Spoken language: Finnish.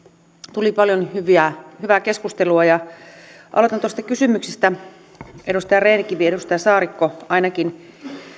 tuli paljon hyvää keskustelua aloitan tuosta kysymyksestä ainakin edustaja rehn kivi ja edustaja saarikko kun